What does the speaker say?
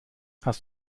hast